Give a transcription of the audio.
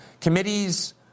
Committees